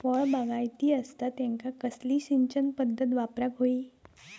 फळबागायती असता त्यांका कसली सिंचन पदधत वापराक होई?